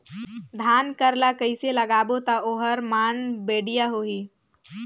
धान कर ला कइसे लगाबो ता ओहार मान बेडिया होही?